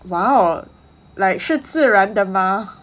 !wow! like 是自然的吗